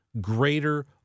greater